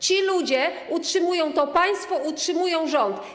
Ci ludzie utrzymują to państwo, utrzymują rząd.